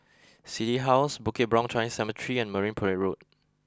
City House Bukit Brown Chinese Cemetery and Marine Parade Road